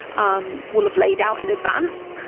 um would have laid out in advance.